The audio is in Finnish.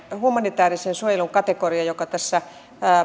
humanitäärisen suojelun kategoriasta joka